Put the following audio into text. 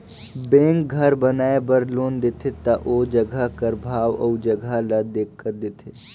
bank घर बनाए बर लोन देथे ता ओ जगहा कर भाव अउ जगहा ल देखकर देथे